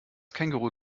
känguruh